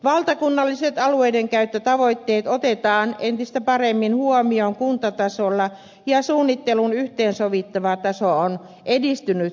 valtakunnalliset alueidenkäyttötavoitteet otetaan entistä paremmin huomioon kuntatasolla ja suunnittelun yhteensovittava taso on edistynyt keskuskunnissa